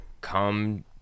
come